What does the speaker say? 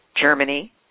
Germany